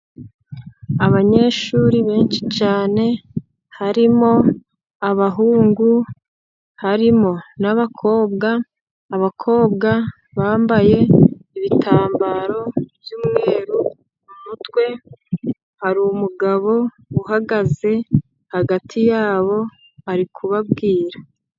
Abanyeshuri benshi cyane harimo abahungu, harimo n'abakobwa. Abakobwa bambaye ibitambaro by'umweru mu mutwe, hari umugabo uhagaze hagati yabo ari kubababwira.